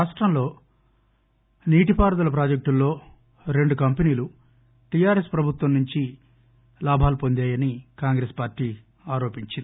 రాష్టంలో నీటిపారుదల ప్రాజెక్టుల్లో రెండు కంపెనీలు టిఆర్ఎస్ ప్రభుత్వం నుంచి లాభాలు పొందాయని కాంగ్రెస్ పార్టీ ఆరోపించింది